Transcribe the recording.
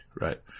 right